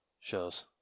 shows